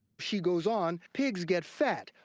she goes on, pigs get fat,